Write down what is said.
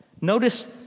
Notice